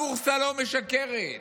הבורסה לא משקרת,